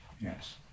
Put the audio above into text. Yes